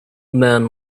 man